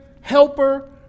helper